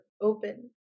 open